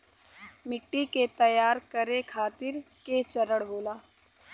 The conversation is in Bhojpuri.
मिट्टी के तैयार करें खातिर के चरण होला?